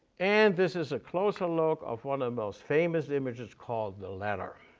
and this is a closer look of one of the most famous images called the ladder.